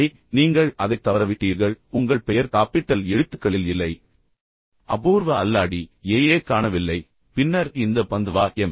ஐ நீங்கள் அதை தவறவிட்டீர்கள் உங்கள் பெயர் காப்பிட்டல் எழுத்துக்களில் இல்லை அபூர்வ அல்லாடி AA காணவில்லை பின்னர் இந்த பந்த்வா எம்